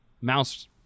mouse